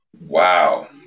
Wow